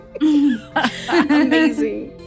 Amazing